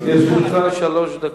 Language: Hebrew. לרשותך שלוש דקות.